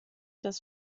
des